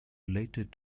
related